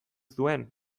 zuen